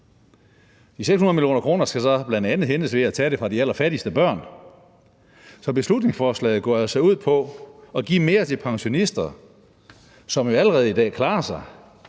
De 600 mio. kr. skal så bl.a. hentes ved at tage dem fra de allerfattigste børn. Så beslutningsforslaget går altså ud på at give mere til pensionister, som jo allerede i dag klarer sig,